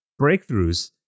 breakthroughs